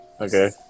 Okay